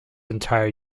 entire